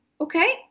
okay